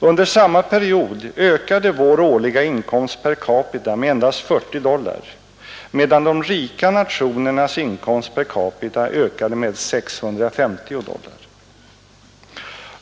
Under samma period ökade vår årliga inkomst per capita med endast 40 dollar, medan de rika nationernas inkomst per capita ökade med 650 dollar.